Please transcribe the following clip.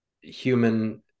human